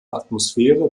atmosphäre